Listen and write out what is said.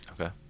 Okay